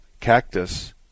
Cactus